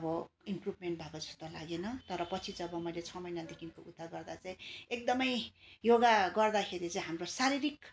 अब इम्प्रुभमेन्ट भएको जस्तो लागेन तर पछि जब मैले छ महिनादेखिको उता गर्दा चाहिँ एकदमै योगा गर्दाखेरि चाहिँ हाम्रो शारीरिक